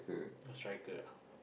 oh striker ah